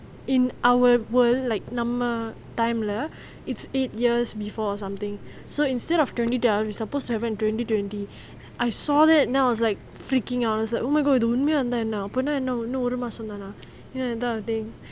in our world like நம்ம:namma time lah it's eight years before or something so instead of twenty twelve we supposed to have twenty twenty I saw it then I was like freaking out it's like oh my god இது உண்மையா இருந்தா என்ன அப்போனா என்ன இன்னும் ஒரு மாசம் தானே:ithu unmaya iruntha enna apona enna innum oru maasam thannae that kind of thing